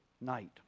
night